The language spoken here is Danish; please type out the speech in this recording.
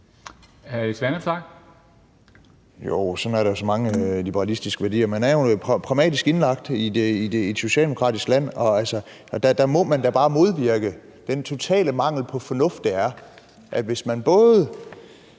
Alex Vanopslagh (LA): Sådan er der så mange liberalistiske værdier; man er jo pragmatisk anlagt i et socialdemokratisk land. Der må man da bare modvirke den totale mangel på fornuft, det er, at hvis man både